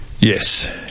Yes